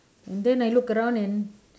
and then I look around and